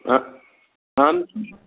हाँ आम की